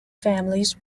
families